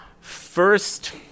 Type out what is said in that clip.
First